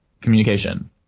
communication